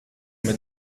mit